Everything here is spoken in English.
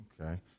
Okay